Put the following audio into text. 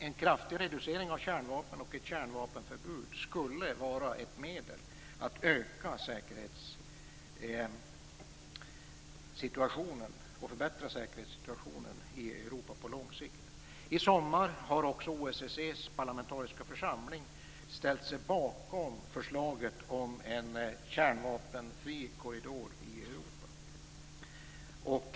En kraftig reducering av kärnvapnen och ett kärnvapenförbud skulle vara ett medel för att förbättra säkerhetssituationen i Europa på lång sikt. I somras ställde sig OSSE:s parlamentariska församling bakom förslaget om en kärnvapenfri korridor i Europa.